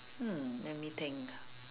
hmm let me think